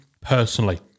personally